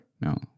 No